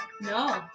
No